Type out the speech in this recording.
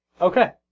Okay